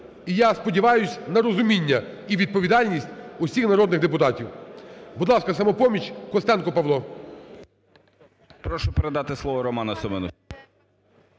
І я сподіваюсь на розуміння і відповідальність усіх народних депутатів. Будь ласка, "Самопоміч", Костенко Павло.